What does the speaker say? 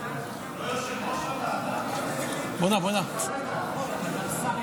אדוני היושב-ראש,